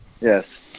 Yes